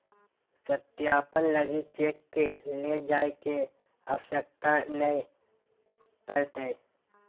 सत्यापन लगी चेक के ले जाय के आवश्यकता नय पड़तय